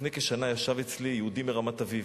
לפני כשנה ישב אצלי יהודי מרמת-אביב,